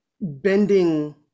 bending